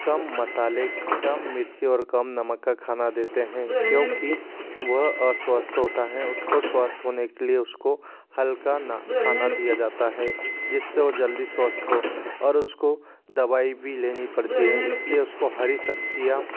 कम मसाले कम मिर्च और कम नमक का खाना देते हैं क्योंकि वह अस्वस्थ होता हैं उसको स्वस्थ होने के लिए उसको हल्का ना खाना दिया जाता है जिस से वो जल्दी स्वस्थ हो और उसको दवाई भी लेनी पड़ती हैं इस लिए उसको हरी सब्ज़ियाँ